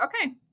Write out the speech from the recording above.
okay